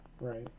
right